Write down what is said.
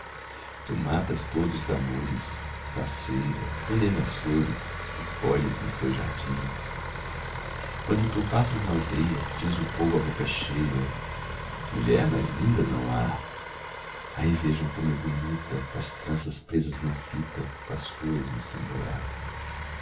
tu matas todos damores faceira vendendo as flores que colhes no teu jardim quando tu passas naldeia diz o povo à boca cheia mulher mais linda não há ai vejam como é bonita coas tranças presas na fita coas flores no samburá